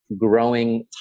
growing